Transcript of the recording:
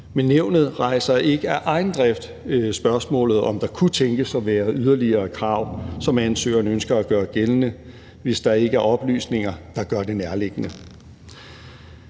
Men nævnet rejser ikke af egen drift spørgsmålet, om der kunne tænkes at være yderligere krav, som ansøgeren ønsker at gøre gældende, hvis der ikke er oplysninger, der gør det nærliggende.